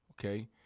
Okay